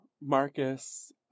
Marcus